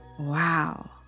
Wow